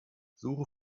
suche